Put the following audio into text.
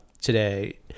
today